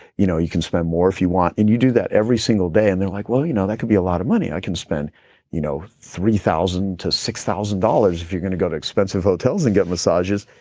you know you can spend more if you want. and you do that every single day, and they're like, well, you know that could be a lot of money. i can spend you know three thousand to six thousand dollars if you're going to go to expensive hotels and get massages,